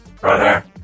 Brother